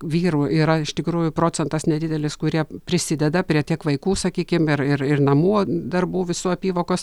vyrų yra iš tikrųjų procentas nedidelis kurie prisideda prie tiek vaikų sakykim ir ir ir namų darbų visų apyvokos